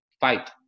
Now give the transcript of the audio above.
fight